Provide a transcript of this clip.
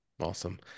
Awesome